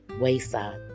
wayside